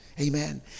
Amen